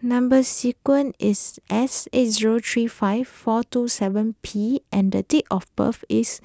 Number Sequence is S eight zero three five four two seven P and date of birth is